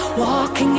walking